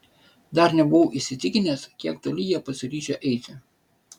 dar nebuvau įsitikinęs kiek toli jie pasiryžę eiti